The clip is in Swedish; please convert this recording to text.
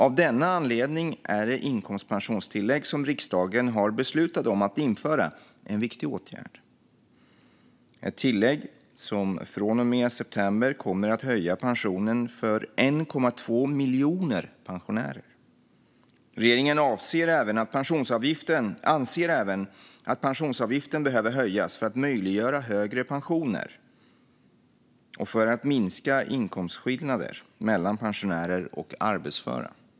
Av denna anledning är det inkomstpensionstillägg som riksdagen har beslutat om att införa en viktig åtgärd. Det är ett tillägg som från och med september kommer att leda till höjd pension för 1,2 miljoner pensionärer. Regeringen anser även att pensionsavgiften behöver höjas för att möjliggöra högre pensioner och för att minska inkomstskillnader mellan pensionärer och arbetsföra.